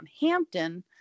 Hampton